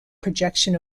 projection